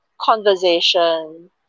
conversation